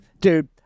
Dude